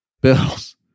Bills